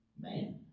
man